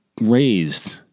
raised